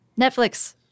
Netflix